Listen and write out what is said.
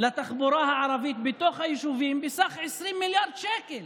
לתחבורה הערבית בתוך היישובים בסך 20 מיליארד שקל